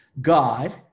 God